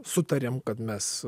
sutarėm kad mes